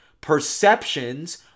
Perceptions